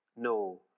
No